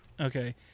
Okay